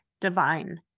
divine